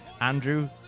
Andrew